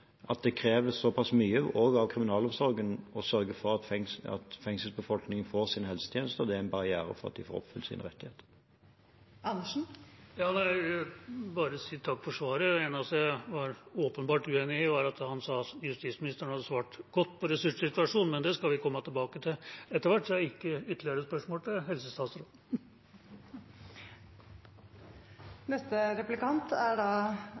barriere for at de får oppfylt sine rettigheter. Jeg vil bare si takk for svaret. Det eneste jeg var åpenbart uenig i, var at justisministeren hadde svart godt på ressurssituasjonen. Men det skal vi komme tilbake til etter hvert, så jeg har ikke ytterligere spørsmål til helsestatsråden. Da er neste replikant Freddy André Øvstegård. Jeg må bare føye meg inn i rekken og si at det er